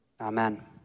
Amen